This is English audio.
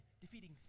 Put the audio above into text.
defeating